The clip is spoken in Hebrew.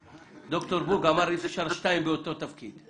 דוקטור בורג אמר, אי אפשר שניים באותו תפקיד.